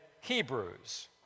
Hebrews